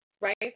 right